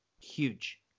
huge